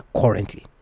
currently